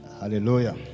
Hallelujah